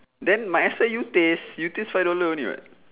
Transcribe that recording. then might as well you taste you taste five dollar only [what]